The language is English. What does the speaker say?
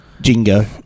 Jingo